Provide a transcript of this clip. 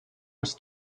was